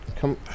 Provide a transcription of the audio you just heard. come